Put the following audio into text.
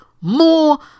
more